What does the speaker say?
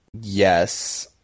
yes